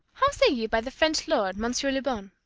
how say you by the french lord, monsieur le bon?